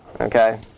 Okay